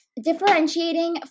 differentiating